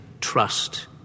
trust